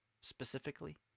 specifically